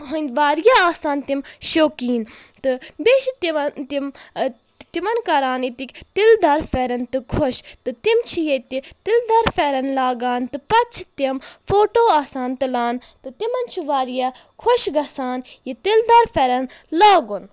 ہٕنٛدۍ واریاہ آسان تِم شوقیٖن تہٕ بیٚیہِ چھ تِم تِمن کران ییٚتِکۍ تِلہٕ دار پھٮ۪رن تہٕ خۄش تہٕ تِم چھ ییٚتہِ تِلہٕ دار پھٮ۪رن لاگان تہٕ پتہٕ چھ تِم فوٹو آسان تُلان تہٕ تِمن چھ واریاہ خۄش گژھان یہِ تِلہٕ دار پھٮ۪رن لاگُن